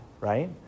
right